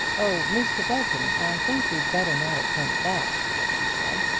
oh, mr. belton, i think we'd better not attempt that, she said.